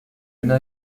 una